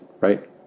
right